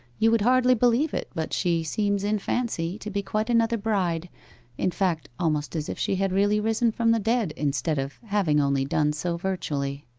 you would hardly believe it, but she seems in fancy to be quite another bride in fact, almost as if she had really risen from the dead, instead of having only done so virtually